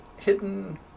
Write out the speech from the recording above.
hidden